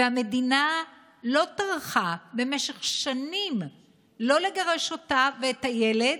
והמדינה לא טרחה במשך שנים לגרש אותה ואת הילד,